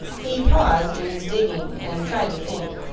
he paused in his digging and tried to think.